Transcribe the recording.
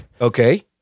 Okay